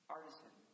Artisan